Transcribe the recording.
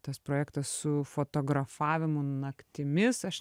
tas projektas su fotografavimu naktimis aš